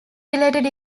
related